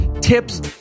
tips